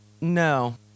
no